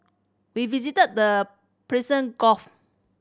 we visited the Persian Gulf